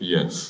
Yes